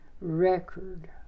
record